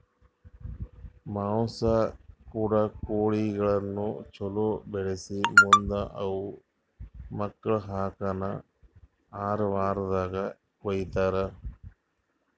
ಮಾಂಸ ಕೊಡೋ ಕೋಳಿಗಳನ್ನ ಛಲೋ ಬೆಳಿಸಿ ಮುಂದ್ ಅವು ಮಕ್ಕುಳ ಹಾಕನ್ ಆರ ವಾರ್ದಾಗ ಕೊಯ್ತಾರ